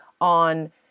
on